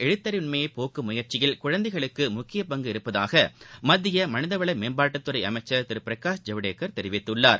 எழுத்தறிவின்மையைபோக்கும் நாட்டில் முயற்சியில் குழந்தைகளுக்குமுக்கியபங்குஉள்ளதாகமத்தியமனிதவளமேம்பாட்டுத்துறைஅமைச்சர் திருபிரகாஷ் ஜவ்டேகர் தெரிவித்துள்ளார்